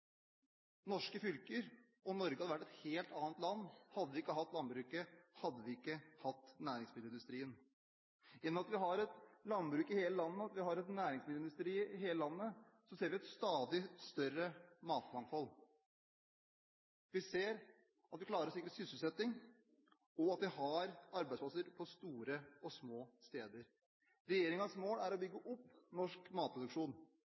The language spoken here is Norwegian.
Norske fylker og Norge hadde vært et helt annet land om vi ikke hadde hatt landbruket, om vi ikke hadde hatt næringsmiddelindustrien. I og med at vi har et landbruk i hele landet, og vi har en næringsmiddelindustri i hele landet, ser vi et stadig større matmangfold. Vi ser at vi klarer å sikre sysselsetting, og at vi har arbeidsplasser på store og små steder. Regjeringens mål er å bygge opp norsk matproduksjon.